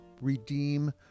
redeem